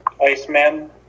Iceman